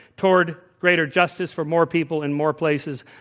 toward greater justice for more people in more places,